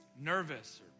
nervous